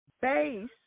base